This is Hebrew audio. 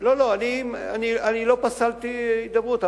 אני לא פסלתי הידברות.